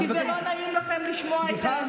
לא נסכים להתבהם ולהיגרר